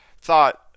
thought